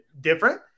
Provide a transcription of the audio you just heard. different